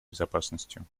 безопасностью